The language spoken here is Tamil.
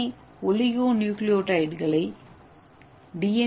ஏ ஒலிகோணுக்ளியோடைட்களை டி